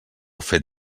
fet